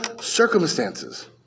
circumstances